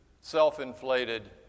self-inflated